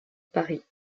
paris